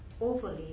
Overly